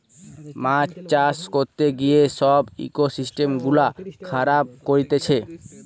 মাছ চাষ করতে গিয়ে সব ইকোসিস্টেম গুলা খারাব করতিছে